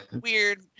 weird